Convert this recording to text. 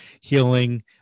healing